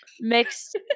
mixed